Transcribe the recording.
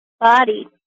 body